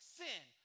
sin